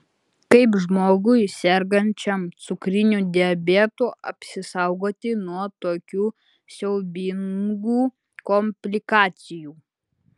kaip žmogui sergančiam cukriniu diabetu apsisaugoti nuo tokių siaubingų komplikacijų